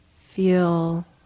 Feel